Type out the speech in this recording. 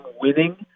winning